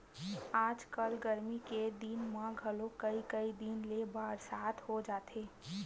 आजकल गरमी के दिन म घलोक कइ कई दिन ले बरसा हो जाथे